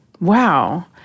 Wow